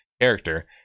character